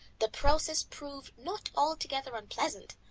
the process proved not altogether unpleasant.